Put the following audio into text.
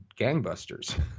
gangbusters